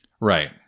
right